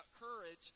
courage